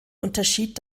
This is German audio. unterschied